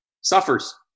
suffers